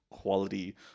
quality